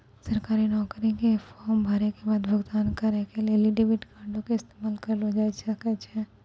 सरकारी नौकरी के फार्म भरै के बाद भुगतान करै के लेली डेबिट कार्डो के इस्तेमाल करलो जाय सकै छै